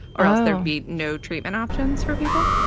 or else there'd be no treatment options for people.